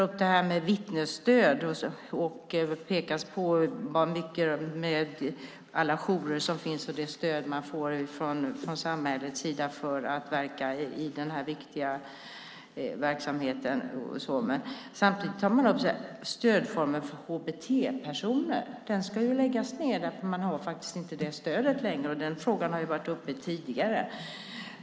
Vittnesstöd tas upp och det pekas på alla jourer som finns och det stöd man får från samhällets sida för att verka i den här viktiga verksamheten. Men samtidigt tar man upp stödjouren för HBT-personer. Den ska ju läggas ned för att man faktiskt inte har det stödet längre, och den frågan har varit uppe tidigare.